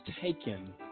taken